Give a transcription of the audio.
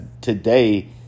today